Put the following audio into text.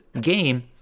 game